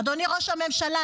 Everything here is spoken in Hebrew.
אדוני ראש הממשלה,